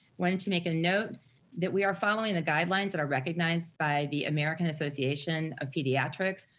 one and to make a note that we are following the guidelines that are recognized by the american association of pediatrics,